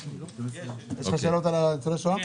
לאותה משפחה כדי שיכירו בהם כי חשבו שהולכים לקחת להם את